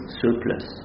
surplus